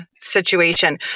situation